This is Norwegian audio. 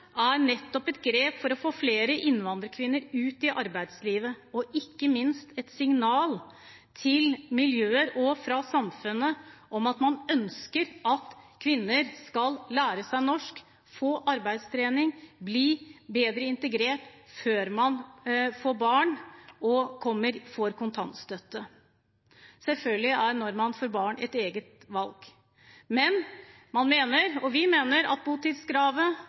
er nettopp et grep for å få flere innvandrerkvinner ut i arbeidslivet, og ikke minst et signal til miljøer og fra samfunnet om at man ønsker at kvinner skal lære seg norsk, få arbeidstrening og bli bedre integrert før man får barn og kontantstøtte. Når man får barn, er selvfølgelig et eget valg. Men vi mener at botidskravet er til gode for barn av nettopp nyankomne, slik at